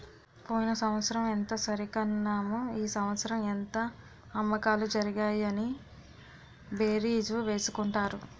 పోయిన సంవత్సరం ఎంత సరికన్నాము ఈ సంవత్సరం ఎంత అమ్మకాలు జరిగాయి అని బేరీజు వేసుకుంటారు